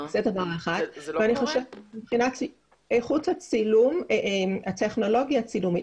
לגבי איכות הצילום, הטכנולוגיה הצילומית.